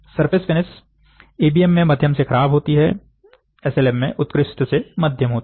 surface finish EBM में मध्यम से खराब होती हैएसएलएम में उत्कृष्ट से मध्यम होती है